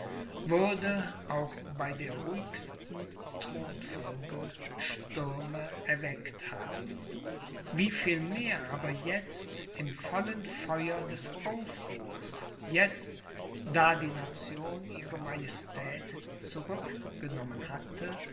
würde auch bei der ruhigsten thronfolge stürme erweckt haben wie vielmehr aber jetzt im vollen feuer des aufruhrs jetzt da die nation ihre majestät zurückgenommen hatte